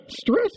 stress